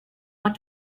want